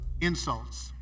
insults